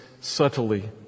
subtly